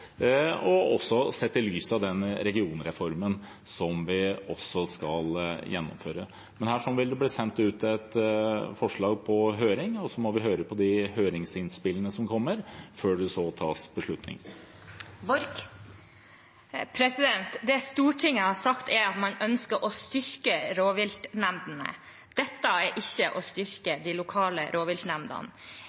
også sett i lys av den regionreformen som vi skal gjennomføre? Men her vil det bli sendt ut et forslag på høring, og så må vi se på de høringsinnspillene som kommer, før det så tas beslutning. Det Stortinget har sagt, er at man ønsker å styrke rovviltnemndene. Dette er ikke å styrke de lokale rovviltnemndene.